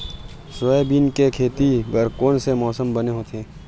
Soybean के खेती बर कोन से मौसम बने होथे?